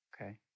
Okay